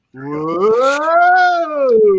Whoa